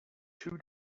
two